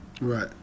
Right